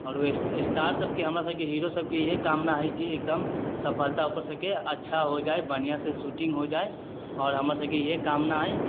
आओर स्टार सबके हमरा सबके हीरो सबके यही कामना हइ कि एकदम सफलता ओकर सबके अच्छा हो जाइ बढ़िआँसँ शूटिङ्ग हो जाइ आओर हमरा सबके यही कामना हइ